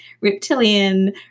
reptilian